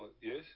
yes